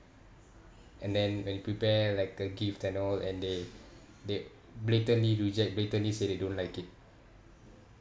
and then when you prepare like a gift and all and they they blatantly reject blatantly say they don't like it